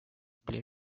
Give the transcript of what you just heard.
play